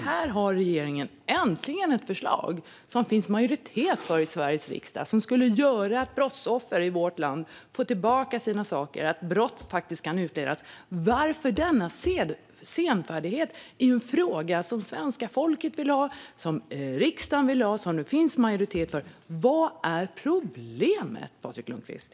Här har regeringen äntligen ett förslag som det finns majoritet för i Sveriges riksdag och som skulle göra att brottsoffer i vårt land fick tillbaka sina saker. Brott skulle kunna utredas. Varför denna senfärdighet när det gäller något som svenska folket vill ha, som riksdagen vill ha och som det finns majoritet för? Vad är problemet, Patrik Lundqvist?